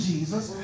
Jesus